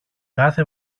κάθε